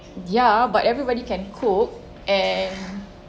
ya but everybody can cook and